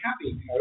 happy